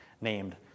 named